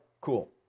cool